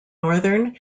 northern